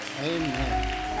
amen